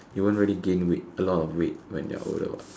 you won't really gain weight a lot of weight when you're older what